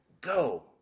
Go